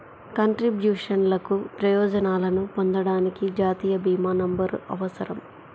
కంట్రిబ్యూషన్లకు ప్రయోజనాలను పొందడానికి, జాతీయ భీమా నంబర్అవసరం